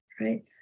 right